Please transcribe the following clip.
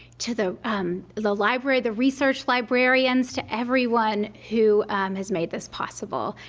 to the the library the research librarians, to everyone who has made this possible.